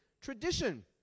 tradition